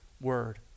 word